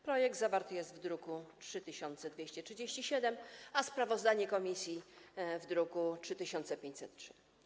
Projekt zawarty jest w druku nr 3237, a sprawozdanie komisji - w druku nr 3503.